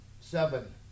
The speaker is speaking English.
Seven